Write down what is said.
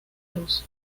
ruso